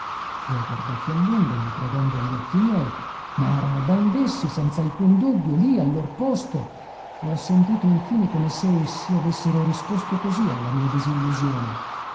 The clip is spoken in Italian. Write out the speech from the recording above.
li ho guardati a lungo non credendo a gli occhi miei ma erano ben dessi senz'alcun dubbio lì al lor posto e ho sentito in fine come se essi avessero risposto così alla mia disillusione